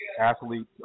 athletes